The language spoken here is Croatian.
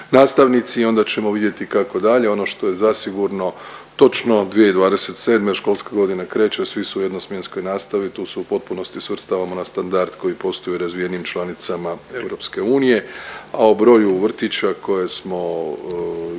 nastavnici i onda ćemo vidjeti kako dalje. Ono što je zasigurno točno 2027. školska godina kreće, svi su u jednosmjenskoj nastavi. Tu se u potpunosti svrstavamo na standard koji postoji u razvijenim članicama EU, a o broju vrtića koje smo izgradili